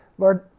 Lord